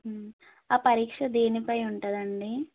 ఆ పరీక్ష దేనిపై ఉంటుందండి